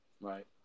Right